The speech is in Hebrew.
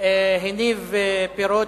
הניב פירות.